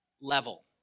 level